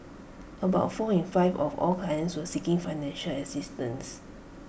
about four in five of all clients were seeking financial assistance